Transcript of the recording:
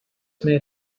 made